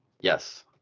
yes